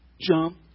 jump